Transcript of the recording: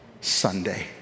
Sunday